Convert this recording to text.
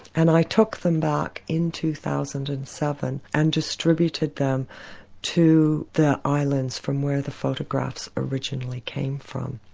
and i took them back in two thousand and seven and distributed them to the islands from where the photographs originally came from,